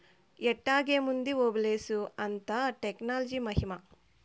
ఎట్టాగేముంది ఓబులేషు, అంతా టెక్నాలజీ మహిమా